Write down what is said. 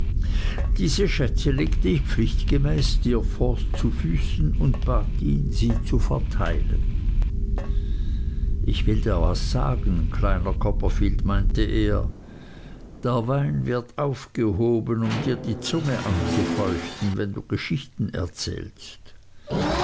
diese schätze legte ich pflichtgemäß steerforth zu füßen und bat ihn sie zu verteilen ich will dir was sagen kleiner copperfield meinte er der wein wird aufgehoben um dir die zunge anzufeuchten wenn du geschichten erzählst